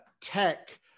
tech